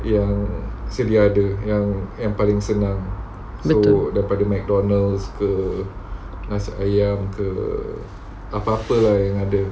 betul